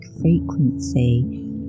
frequency